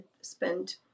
spend